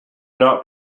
not